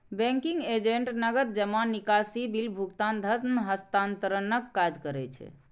banking agent नकद जमा, निकासी, बिल भुगतान, धन हस्तांतरणक काज करै छै